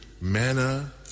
manna